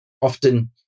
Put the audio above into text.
often